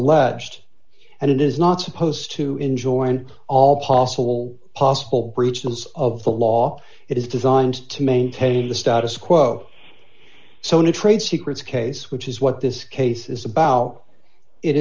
alleged and it is not supposed to enjoin all possible possible preachments of the law it is designed to maintain the status quo so in a trade secrets case which is what this case is about it